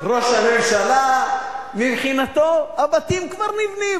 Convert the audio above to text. ראש הממשלה, מבחינתו הבתים כבר נבנים.